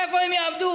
איפה הם יעבדו?